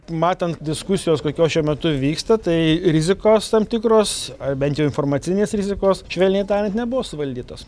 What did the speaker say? matant diskusijos kokios šiuo metu vyksta tai rizikos tam tikros ar bent jau informacinės rizikos švelniai tariant nebuvo suvaldytos